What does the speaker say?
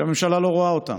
שהממשלה לא רואה אותם.